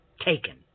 taken